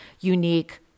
unique